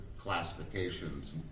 classifications